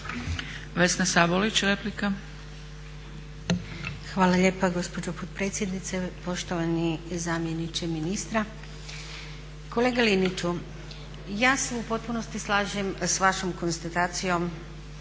Vesna (Reformisti)** Hvala lijepa gospođo potpredsjednice, poštovani zamjeniče ministra. Kolega Liniću ja se u potpunosti slažem s vašom konstatacijom,